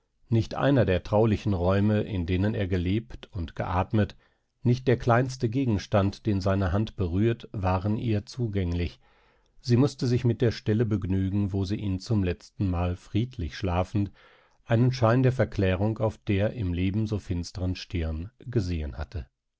nicht einer der traulichen räume in denen er gelebt und geatmet nicht der kleinste gegenstand den seine hand berührt waren ihr zugänglich sie mußte sich mit der stelle begnügen wo sie ihn zum letztenmal friedlich schlafend einen schein der verklärung auf der im leben so finsteren stirn gesehen hatte